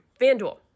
FanDuel